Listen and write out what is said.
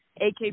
AK